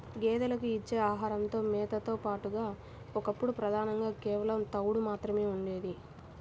గేదెలకు ఇచ్చే ఆహారంలో మేతతో పాటుగా ఒకప్పుడు ప్రధానంగా కేవలం తవుడు మాత్రమే ఉండేది